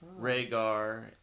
Rhaegar